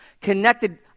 connected